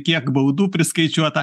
kiek baudų priskaičiuota